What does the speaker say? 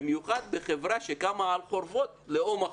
במיוחד בחברה שקמה על חורבות לאום אחר.